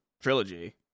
trilogy